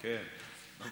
כן, יש